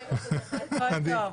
מתכבד לפתוח את ישיבת ועדת הכנסת.